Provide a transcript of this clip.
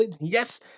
Yes